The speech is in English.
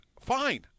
fine